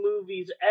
movies